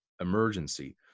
emergency